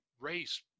race